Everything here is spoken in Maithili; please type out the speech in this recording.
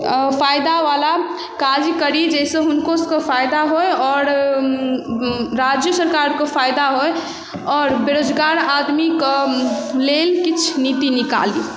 आ फायदा बला काज करी जाहिसँ हुनको सभकेॅं फायदा होइ आओर राज्यो सरकारके फायदा होइ आओर बेरोजगार आदमीके लेल किछु नीति निकाली